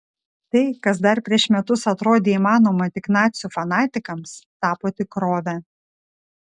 tai kas dar prieš metus atrodė įmanoma tik nacių fanatikams tapo tikrove